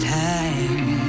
time